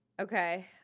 Okay